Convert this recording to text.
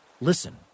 Listen